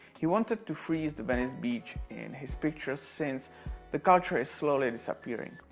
he wanted to freeze the venice beach in his pictures since the culture is slowly disappearing.